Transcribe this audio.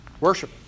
Worship